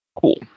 Cool